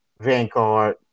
Vanguard